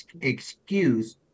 excuse